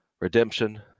redemption